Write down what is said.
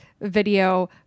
video